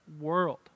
world